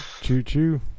Choo-choo